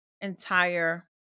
entire